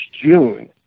June